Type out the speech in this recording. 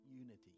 unity